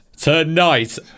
Tonight